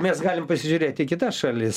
mes galim pasižiūrėti į kitas šalis